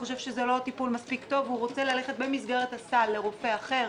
הוא חושב שזה לא טיפול מספיק טוב והוא רוצה במסגרת הסל לרופא אחר